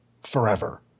forever